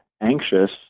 anxious